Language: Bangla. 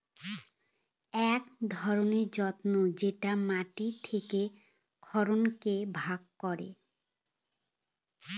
এক ধরনের যন্ত্র যেটা মাটি থেকে খড়কে ভাগ করে